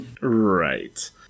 Right